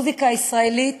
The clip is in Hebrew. המוזיקה הישראלית,